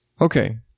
Okay